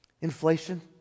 inflation